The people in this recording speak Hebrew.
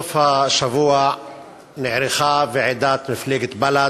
בסוף השבוע נערכה ועידת מפלגת בל"ד.